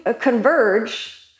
converge